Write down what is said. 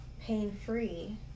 pain-free